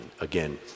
Again